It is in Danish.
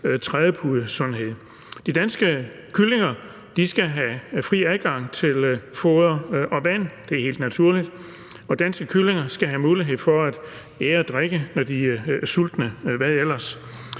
trædepudesundhed. De danske kyllinger skal have fri adgang til foder og vand – det er helt naturligt. Danske kyllinger skal have mulighed for at æde og drikke, når de er sultne – hvad ellers?